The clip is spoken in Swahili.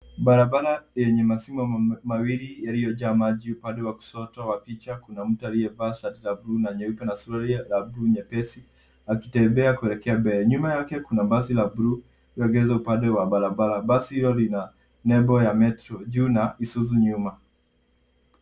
Barabara yenye mashimo mawili yaliyojaa maji. Upande wa kushoto wa picha kuna mtu aliyevaa shati la bluu na nyeupe na suruali la bluu nyepesi akitembea kuelekea mbele. Nyuma yake kuna basi la bluu iliyoegeshwa upande wa barabara. Basi hilo lina nembo ya Metro juu na Isuzu nyuma.